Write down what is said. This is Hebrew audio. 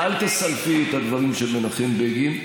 אל תסלפי את הדברים של מנחם בגין.